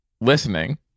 listening